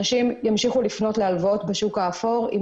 אנשים ימשיכו לפנות להלוואות בשוק האפור אם